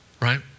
right